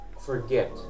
forget